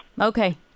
Okay